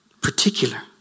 Particular